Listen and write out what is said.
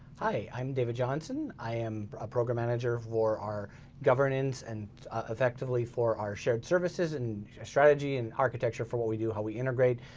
i'm david johnson. i am a program manager for our governance, and effectively for our shared services in strategy and architecture for what we do, how we integrate.